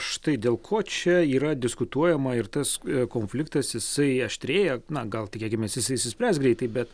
štai dėl ko čia yra diskutuojama ir tas konfliktas jisai aštrėja na gal tikėkimės jisai išsispręs greitai bet